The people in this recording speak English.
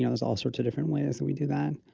know, there's all sorts of different ways that we do that.